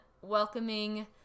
welcoming